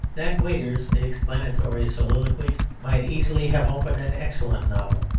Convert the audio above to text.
that waiter's explanatory soliloquy might easily have opened an excellent novel,